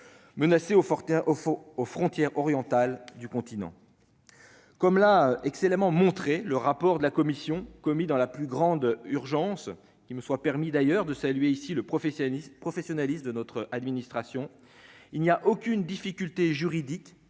faut aux frontières orientale du continent, comme l'a excellemment montré le rapport de la commission commis dans la plus grande urgence, qu'il me soit permis d'ailleurs de saluer ici le professionnalisme professionnalisme de notre administration, il n'y a aucune difficulté juridique,